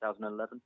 2011